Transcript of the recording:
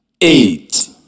eight